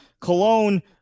Cologne